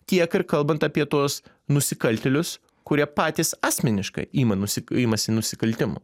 tiek ir kalbant apie tuos nusikaltėlius kurie patys asmeniškai ima nusi imasi nusikaltimų